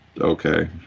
okay